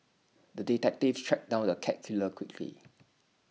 the detective tracked down the cat killer quickly